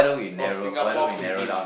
or Singapore cuisine